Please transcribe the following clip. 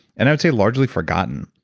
and i would say largely forgotten,